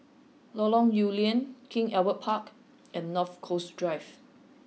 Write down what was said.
Lorong Lew Lian King Albert Park and North Coast Drive